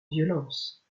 violence